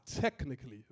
technically